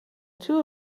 two